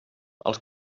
els